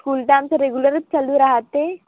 school तर आमचं रेगुलरच चालू राहते